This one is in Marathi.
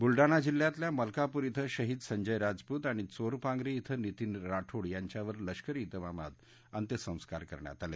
बुलडाणा जिल्ह्यातल्या मलकापूर धिं शहीद संजय राजपूत आणि चोरपांगरी िक्वे नितीन राठोड यांच्यावर लष्करी विमामात अंत्यसंस्कार करण्यात आले